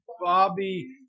Bobby